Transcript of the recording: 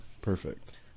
Perfect